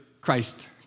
Christ